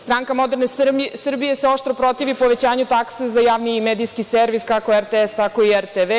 Stranka moderne Srbije se oštro protivi povećanju takse za javni medijski servis, kako RTS, tako i RTV.